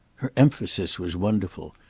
her emphasis was wonderful,